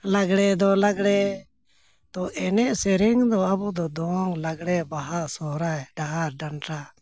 ᱞᱟᱜᱽᱬᱮ ᱫᱚ ᱞᱟᱜᱽᱬᱮ ᱛᱚ ᱮᱱᱮᱡ ᱥᱮᱨᱮᱧ ᱫᱚ ᱟᱵᱚ ᱫᱚ ᱫᱚᱝ ᱞᱟᱜᱽᱬᱮ ᱵᱟᱦᱟ ᱥᱚᱦᱨᱟᱭ ᱰᱟᱦᱟᱨ ᱰᱟᱱᱴᱟ